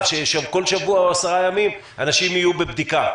שכל שבוע או עשרה ימים אנשים שם יהיו בבדיקה.